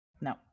no